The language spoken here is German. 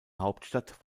hauptstadt